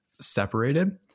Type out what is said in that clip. separated